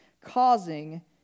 causing